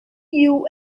new